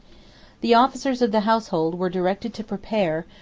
the officers of the household were directed to prepare,